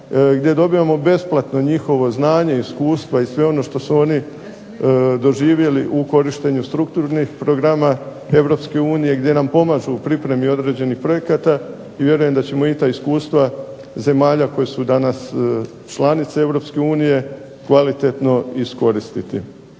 gdje dobivamo besplatno njihovo znanje, iskustva i sve ono što su oni doživjeli u korištenju strukturnih programa EU gdje nam pomažu u pripremi određenih projekata. I vjerujem da ćemo i ta iskustva zemalja koje su danas članice EU kvalitetno iskoristiti.